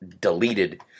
deleted